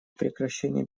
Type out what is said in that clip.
прекращения